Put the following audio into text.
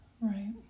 right